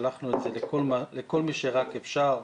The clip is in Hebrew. שלחנו את זה לכל מי שרק אפשר,